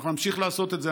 נמשיך לעשות את זה.